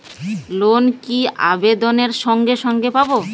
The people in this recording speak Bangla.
লোন কি আবেদনের সঙ্গে সঙ্গে পাব?